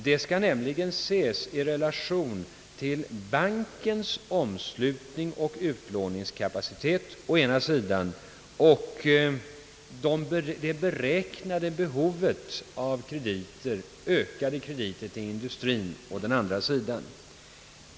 Det skall nämligen sättas i relation dels till bankens omslutning och utlåningskapacitet, dels till det beräknade behovet av ökade krediter till industrin.